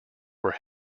were